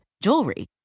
jewelry